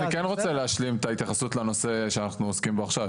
אני כן רוצה להשלים את ההתייחסות לנושא שאנחנו עוסקים בו עכשיו.